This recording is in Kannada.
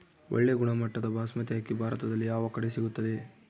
ಒಳ್ಳೆ ಗುಣಮಟ್ಟದ ಬಾಸ್ಮತಿ ಅಕ್ಕಿ ಭಾರತದಲ್ಲಿ ಯಾವ ಕಡೆ ಸಿಗುತ್ತದೆ?